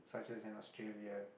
such as in Australia